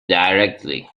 directly